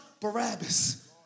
Barabbas